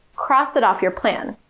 cross it off your plan.